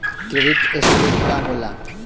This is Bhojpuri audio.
क्रेडीट स्कोर का होला?